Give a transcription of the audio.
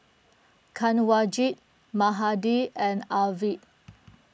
Kanwaljit Mahade and Arvind